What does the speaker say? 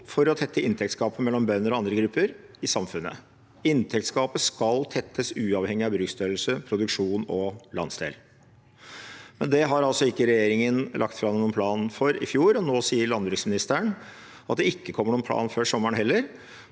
for å tette inntektsgapet mellom bønder og andre grupper i samfunnet. Inntektsgapet skal tettes uavhengig av bruksstørrelse, produksjon og landsdel.» Det la altså ikke regjeringen fram noen plan for i fjor, og nå sier landbruksministeren at det ikke kommer noen plan før sommeren heller.